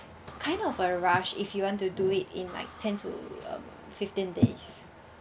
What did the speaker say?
kind of a rush if you want to do it in like ten to um fifteen days